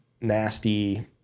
nasty